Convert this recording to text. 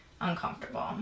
uncomfortable